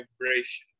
vibration